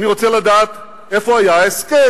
אני רוצה לדעת איפה היה ההסכם.